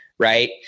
right